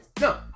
No